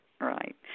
right